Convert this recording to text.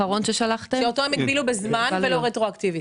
אותם הגבילו בזמן ולא רטרואקטיבית.